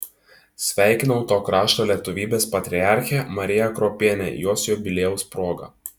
sveikinau to krašto lietuvybės patriarchę mariją kruopienę jos jubiliejaus proga